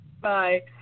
Bye